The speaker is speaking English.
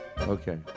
Okay